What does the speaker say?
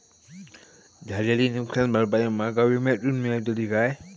झालेली नुकसान भरपाई माका विम्यातून मेळतली काय?